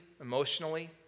emotionally